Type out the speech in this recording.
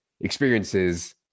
experiences